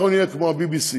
אנחנו נהיה כמו ה-BBC.